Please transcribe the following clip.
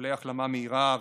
באיחולי החלמה מהירה,